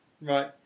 Right